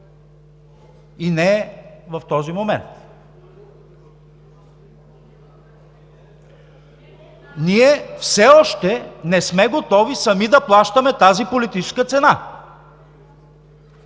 и не в този момент. Ние все още не сме готови сами да плащаме тази политическа цена.